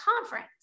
conference